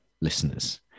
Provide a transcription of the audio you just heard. listeners